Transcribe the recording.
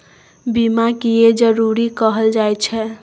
बीमा किये जरूरी कहल जाय छै?